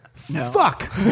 Fuck